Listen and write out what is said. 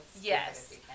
Yes